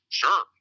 sure